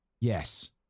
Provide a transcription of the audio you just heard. Yes